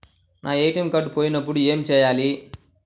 నా ATM card పోయినప్పుడు ఏమి చేయాలి?